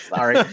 Sorry